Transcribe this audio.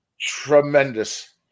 tremendous